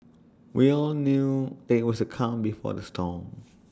we all knew that IT was the calm before the storm